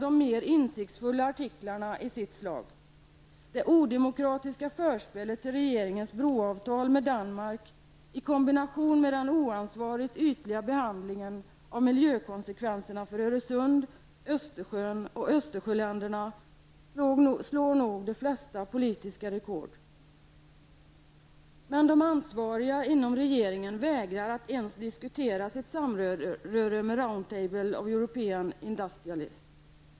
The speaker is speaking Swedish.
Det är i sitt slag en av de mer insiktsfulla artiklarna. I kombination med den oansvarigt ytliga behandlingen av miljökonsekvenserna för Öresund, Östersjön och Östersjöländerna slår nog det odemokratiska förspelet till regeringens broavtal med Danmark de flesta politiska rekord. Men de ansvariga inom regeringen vägrar att ens diskutera sitt samröre med Round Table of European Industrialists.